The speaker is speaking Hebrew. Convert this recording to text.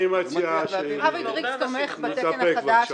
אני מציע --- אבי דריקס תומך בתקן החדש